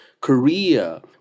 Korea